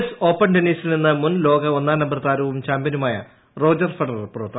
S open ടെന്നീസിൽ നിന്ന് മുൻ ലോക ഒന്നാം നമ്പർ താരവും ചാമ്പ്യനുമായ റോജർ ഫെഡറർ പുറത്ത്